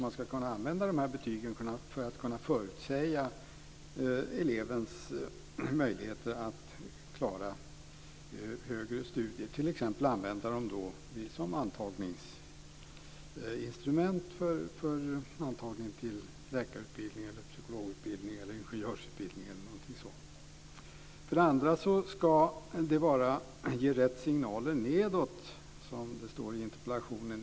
Man ska kunna använda betygen för att förutsäga elevens möjligheter att klara högre studier, t.ex. att använda dem som antagningsinstrument vid antagning till läkarutbildningen, psykologutbildningen eller ingenjörsutbildningen osv. För det andra ska det ge rätt signaler nedåt, som det står i interpellationen.